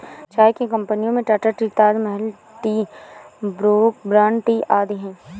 चाय की कंपनियों में Tata tea, Taj Mahal tea, Brooke Bond tea आदि है